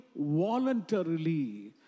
voluntarily